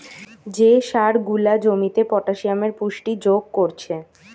যে সার গুলা জমিতে পটাসিয়ামের পুষ্টি যোগ কোরছে